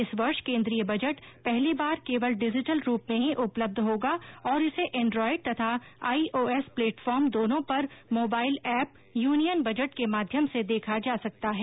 इस वर्ष केन्द्रीय बजट पहली बार केवल डिजिटल रूप में ही उपलब्ध होगा और इसे एन्ड्राइड तथा आईओएस प्लेटफार्म दोनो पर मोबाईल एप यूनियन बजट के माध्यम से देखा जा सकता है